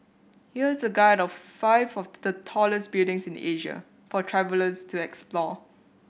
here is a guide of five of the tallest buildings in Asia for travellers to explore